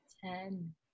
Ten